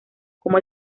como